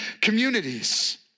communities